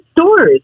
stores